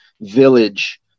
village